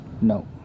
no